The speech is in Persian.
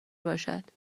باشد